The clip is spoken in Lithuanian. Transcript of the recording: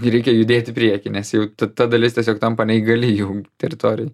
reikia judėt į priekį nes jau ta ta dalis tiesiog tampa neįgali jų teritorijoj